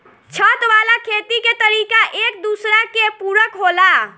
छत वाला खेती के तरीका एक दूसरा के पूरक होला